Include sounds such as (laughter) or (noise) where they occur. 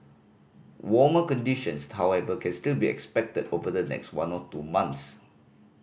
(noise) warmer conditions however can still be expected over the next one or two months